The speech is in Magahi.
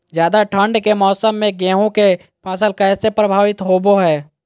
ज्यादा ठंड के मौसम में गेहूं के फसल कैसे प्रभावित होबो हय?